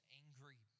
angry